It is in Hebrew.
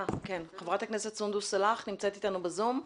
חברת הכנסת סונדוס סלאח נמצאת אתנו ב-זום?